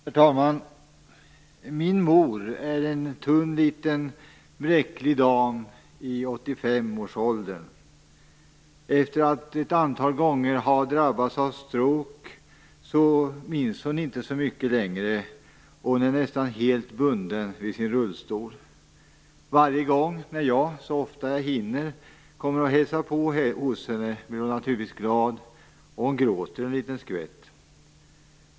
Herr talman! Min mor är en tunn liten bräcklig dam i 85-årsåldern. Eftersom hon har drabbats av stroke ett antal gånger minns hon inte så mycket längre. Hon är nästan helt bunden vid sin rullstol. Varje gång när jag, så ofta jag hinner, kommer och hälsar på henne blir hon naturligtvis glad. Hon gråter en liten skvätt.